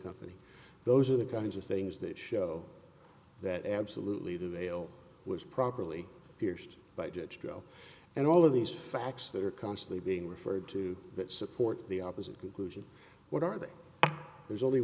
company those are the kinds of things that show that absolutely the veil was properly pierced by judge joe and all of these facts that are constantly being referred to that support the opposite conclusion what are they there's only